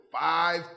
five